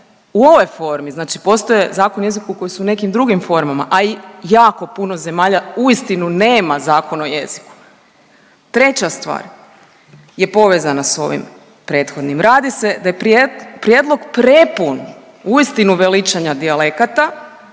u ovoj formi, znači postoje zakon o jeziku koji su u nekim drugim formama, a i jako puno zemalja uistinu nema zakon o jeziku. Treća stvar je povezana s ovim prethodnim. Radi se da je prijedlog prepun, uistinu veličanja dijalekata,